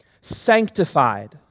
sanctified